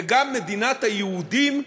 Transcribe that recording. וגם מדינת היהודים,